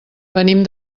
venim